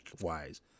wise